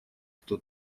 кто